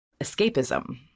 escapism